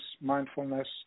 mindfulness